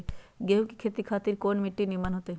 गेंहू की खेती खातिर कौन मिट्टी निमन हो ताई?